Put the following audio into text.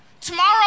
Tomorrow